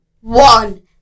one